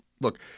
look